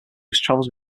travels